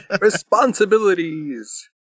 responsibilities